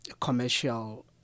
commercial